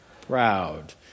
proud